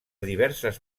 diverses